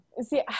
see